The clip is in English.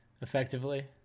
effectively